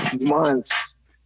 months